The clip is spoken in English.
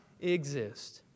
exist